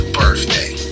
birthday